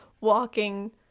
walking